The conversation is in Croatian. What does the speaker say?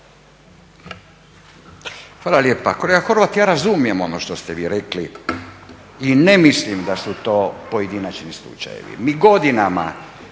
Hvala lijepa. Kolega Horvat, ja razumijem ono što ste vi rekli i ne mislim da su to pojedinačni slučajevi. Mi godinama